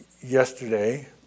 yesterday